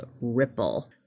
Ripple